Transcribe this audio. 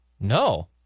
No